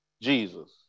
Jesus